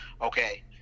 Okay